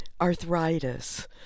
arthritis